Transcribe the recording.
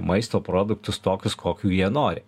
maisto produktus tokius kokių jie nori